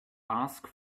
ask